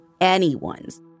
anyone's